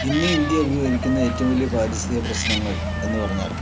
ഇന്ന് ഇന്ത്യ അഭിമുഖീകരിക്കുന്ന ഏറ്റവും വലിയ പാരിസ്ഥിതിക പ്രശ്നങ്ങൾ എന്നു പറഞ്ഞാൽ